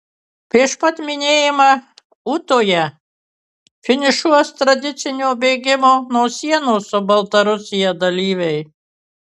prieš pat minėjimą ūtoje finišuos tradicinio bėgimo nuo sienos su baltarusija dalyviai